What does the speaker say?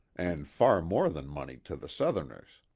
and far more than money to the southerners.